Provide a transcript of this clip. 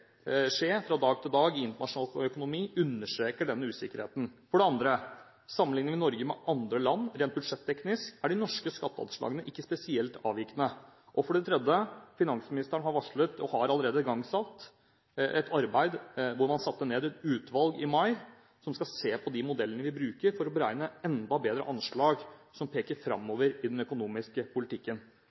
skje fra dag til dag i internasjonal økonomi, understreker denne usikkerheten. For det andre: Sammenlikner vi Norge med andre land rent budsjetteknisk, er de norske skatteanslagene ikke spesielt avvikende. For det tredje: Finansministeren har varslet, og har allerede igangsatt, et arbeid. Man satte ned et utvalg i mai som skal se på de modellene vi bruker for å beregne – enda bedre – anslag som peker framover i den økonomiske politikken.